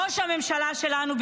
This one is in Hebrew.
ראש הממשלה שלנו,